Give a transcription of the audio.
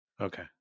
Okay